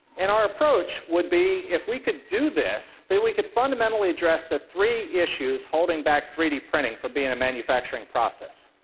and our approach would be, if we could do this, then we could fundamentally address the three issues holding back three d printing from being a manufacturing process.